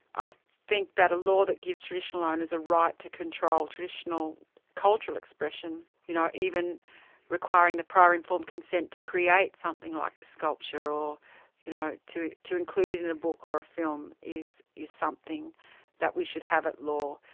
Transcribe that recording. i think that a law that gives traditional ah and owners a right to control traditional cultural expression, you know, even requiring the prior informed consent to create something like the sculpture, or you know, to to include it in a book or a film, is something that we should have at law,